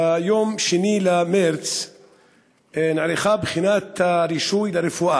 ביום 2 במרס נערכה בחינת הרישוי לרפואה,